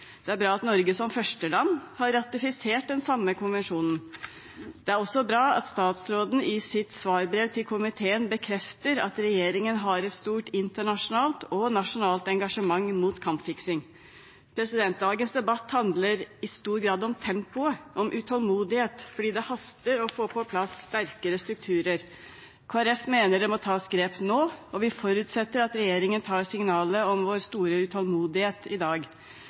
Det er bra at Norge som første land har ratifisert den samme konvensjonen. Det er også bra at statsråden i sitt svarbrev til komiteen bekrefter at regjeringen har et stort internasjonalt og nasjonalt engasjement mot kampfiksing. Dagens debatt handler i stor grad om tempoet, om utålmodighet, for det haster å få på plass sterkere strukturer. Kristelig Folkeparti mener det må tas grep nå, og vi forutsetter at regjeringen tar signalet om vår store utålmodighet i dag.